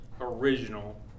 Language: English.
original